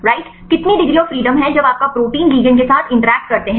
right कितनी degree of freedom हैं जब आपका प्रोटीन लिगैंड के साथ इंटरैक्ट करते हैं